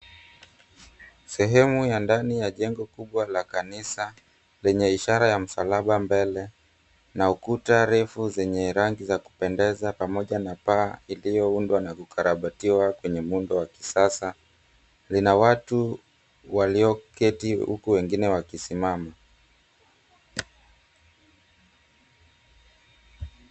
Sehemu ya ndani ya jengo kubwa la kanisa lenye ishara ya msalaba mbele na ukuta refu, zenye rangi za kupendeza pamoja na paa iliyoundwa na kukarabatiwa kwenye muundo wa kisasa, zina watu walioketi huku wengine wakisimama.